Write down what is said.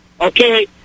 okay